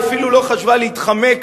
היא אפילו לא חשבה להתחמק,